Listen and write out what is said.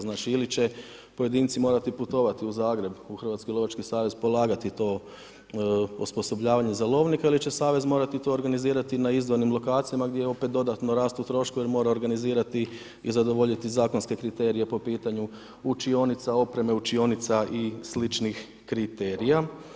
Znači, ili će pojedinci morati putovati u Zagreb, u Hrvatski lovački savez polagati to osposobljavanje za lovnika ili će savez morati to organizirati na … [[Govornik se ne razumije]] lokacijama, gdje opet dodatno rastu troškovi jer mora organizirati i zadovoljiti zakonske kriterije po pitanju učionica, opreme učionica i sličnih kriterija.